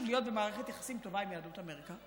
להיות במערכת יחסים טובה עם יהדות אמריקה,